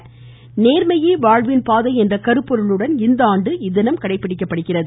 நேர்மையே வாழ்வின் பாதை என்ற கருப்பொருளுடன் இந்த ஆண்டு இத்தினம் கடைப்பிடிக்கப்படுகிறது